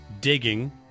digging